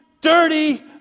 dirty